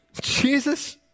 Jesus